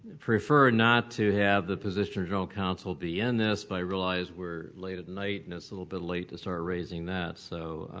prefer not to have the position of general council be in this, but realize we're late at night and it's a little bit late to start raising that. so